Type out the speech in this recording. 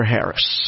Harris